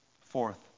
Fourth